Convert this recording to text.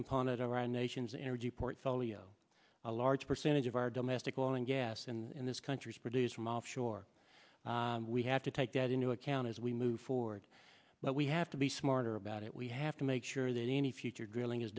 component around nation's energy portfolio a large percentage of our domestic oil and gas in this country to produce from offshore we have to take that into account as we move forward but we have to be smarter about it we have to make sure that any future drilling is